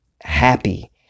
happy